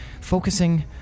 focusing